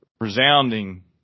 resounding